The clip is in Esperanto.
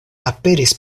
aperis